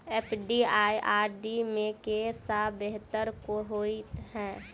FD आ RD मे केँ सा बेहतर होइ है?